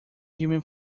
human